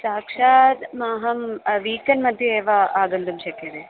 साक्षाद् माहं वीकेन्ड् मध्ये एव आगन्तुं शक्यते